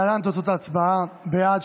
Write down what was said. להלן תוצאות ההצבעה: בעד,